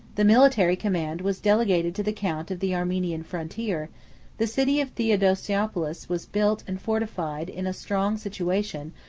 the military command was delegated to the count of the armenian frontier the city of theodosiopolis was built and fortified in a strong situation,